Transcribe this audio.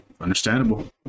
Understandable